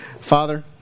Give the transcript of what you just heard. Father